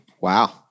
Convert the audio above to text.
wow